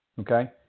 Okay